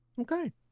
Okay